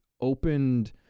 opened